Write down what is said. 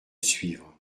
suivre